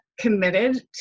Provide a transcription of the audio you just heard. committed